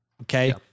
okay